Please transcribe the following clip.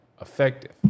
effective